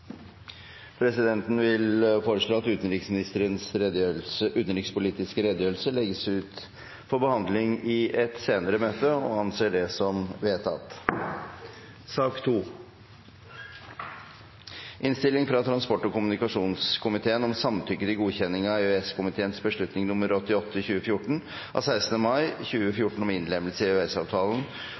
Presidenten vil foreslå at utenriksministerens utenrikspolitiske redegjørelse legges ut til behandling i et senere møte – og anser det som vedtatt. Transportkomiteen har behandlet sak om innlemmelse i EØS-avtalen av forordningene nr. 1071/2009, nr. 1072/2009 og nr. 1073/2009 om